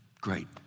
great